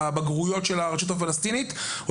לבגרויות של תוכנית הלימוד של הרשות הפלסטינית או